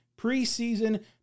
preseason